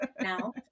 now